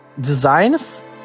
designs